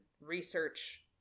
research